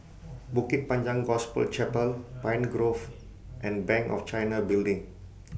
Bukit Panjang Gospel Chapel Pine Grove and Bank of China Building